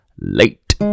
Late